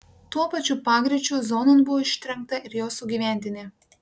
tuo pačiu pagreičiu zonon buvo ištrenkta ir jo sugyventinė